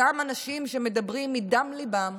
אותם אנשים שמדברים מדם ליבם,